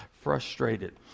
frustrated